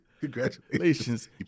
Congratulations